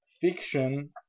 fiction